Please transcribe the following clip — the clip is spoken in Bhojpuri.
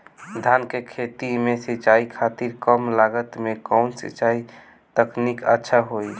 धान के खेती में सिंचाई खातिर कम लागत में कउन सिंचाई तकनीक अच्छा होई?